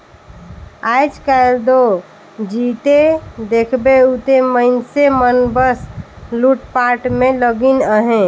आएज काएल दो जिते देखबे उते मइनसे मन बस लूटपाट में लगिन अहे